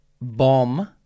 bomb